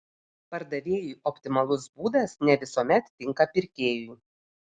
pardavėjui optimalus būdas ne visuomet tinka pirkėjui